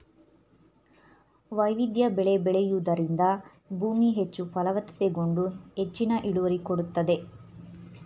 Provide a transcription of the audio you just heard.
ವೈವಿಧ್ಯ ಬೆಳೆ ಬೆಳೆಯೂದರಿಂದ ಭೂಮಿ ಹೆಚ್ಚು ಫಲವತ್ತತೆಗೊಂಡು ಹೆಚ್ಚಿನ ಇಳುವರಿ ಕೊಡುತ್ತದೆ